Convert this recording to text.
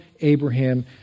Abraham